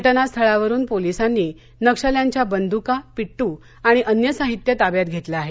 घटनास्थळावरुन पोलिसांनी नक्षल्यांच्या बंद्का पिट्ट आणि अन्य साहित्य ताब्यात घेतलं आहे